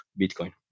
Bitcoin